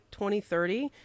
2030